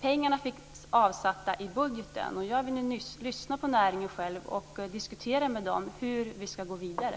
Pengarna finns nämligen avsatta i budgeten, och jag vill lyssna på näringen själv och diskutera med den hur vi ska gå vidare.